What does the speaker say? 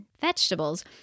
vegetables